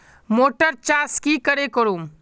Motor चास की करे करूम?